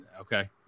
Okay